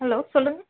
hello சொல்லுங்க